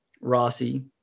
Rossi